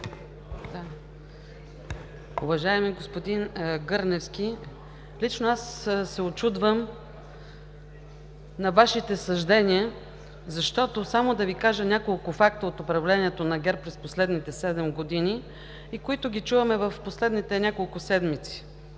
Уважаеми господин Гърневски, лично аз се учудвам на Вашите съждения, защото – само да Ви кажа няколко факта от управлението на ГЕРБ през последните седем години, които чуваме в последните няколко седмици